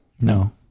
No